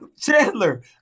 Chandler